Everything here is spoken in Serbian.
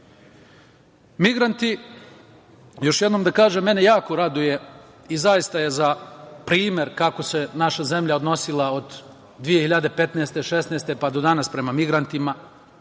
radili. Migranti, još jednom da kažem, mene jako raduje i zaista je za primer kako se naša zemlja odnosila od 2015, 2016. godine pa do danas prema migrantima.